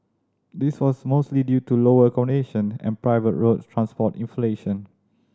this was mostly due to lower accommodation and private road transport inflation